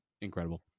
incredible